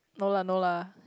no lah no lah